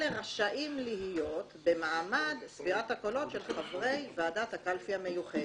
אלה רשאים להיות במעמד ספירת הקולות של חברי ועדת הקלפי המיוחדת.